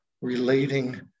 relating